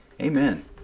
Amen